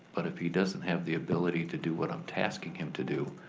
but if he doesn't have the ability to do what i'm tasking him to do,